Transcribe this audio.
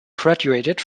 graduated